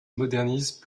modernise